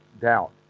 doubt